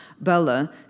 Bella